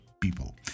people